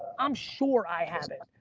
i'm sure i have it.